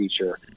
feature